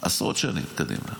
עשרות שנים קדימה.